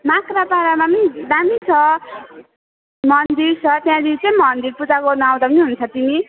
माक्रापाडामा पनि दामी छ मन्दिर छ त्यहाँनेरि चाहिँ मन्दिर पूजा गर्न आउँदा पनि हुन्छ तिमी